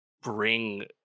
bring